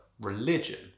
religion